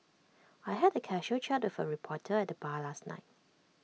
I had A casual chat with A reporter at the bar last night